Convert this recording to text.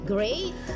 Great